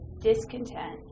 discontent